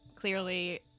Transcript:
Clearly